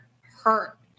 hurt